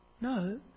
No